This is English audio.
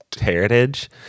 heritage